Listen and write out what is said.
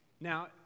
Now